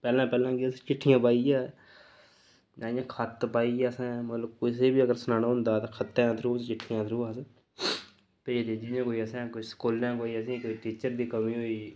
पैह्लें पैह्लें केह् चिट्ठियां पाइयै जां इ'यां खत पाइयै असें मतलब कुसै बी अगर सनाना होंदा हा खत्तें दे थ्रू जां चिट्ठियें दे थ्रू अस भेजदे हे जि'यां कोई असें कोई स्कूलें कोई असें ई टीचर दी कमी होई